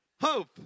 Hope